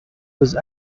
was